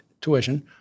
tuition